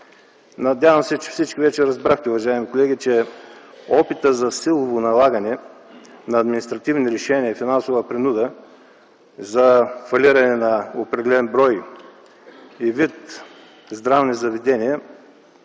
надявам се, че всички вече разбрахте, че опитът за силово налагане на административни лишения и финансова принуда за фалиране на определен брой и вид здравни заведения